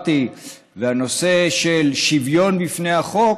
הדמוקרטי והנושא של שוויון בפני החוק